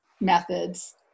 methods